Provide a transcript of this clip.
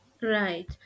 Right